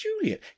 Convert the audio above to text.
juliet